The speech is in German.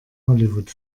hollywood